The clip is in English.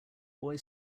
boy